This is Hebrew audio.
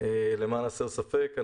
למען הסר ספק,